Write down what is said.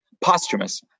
Posthumous